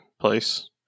place